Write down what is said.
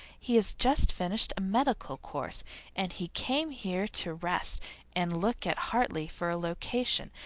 he has just finished a medical course and he came here to rest and look at hartley for a location,